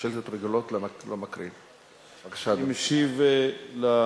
שאילתות רגילות, לא מקריאים את השאילתא.